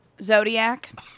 Zodiac